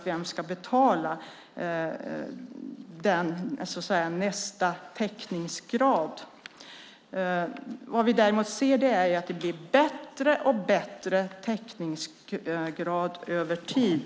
Vem ska betala nästa täckningsgrad? Vi ser dock att det blir bättre och bättre täckningsgrad över tid.